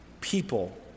people